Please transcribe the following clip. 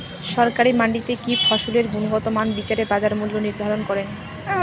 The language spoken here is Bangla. সরকারি মান্ডিতে কি ফসলের গুনগতমান বিচারে বাজার মূল্য নির্ধারণ করেন?